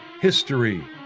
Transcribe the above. history